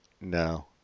no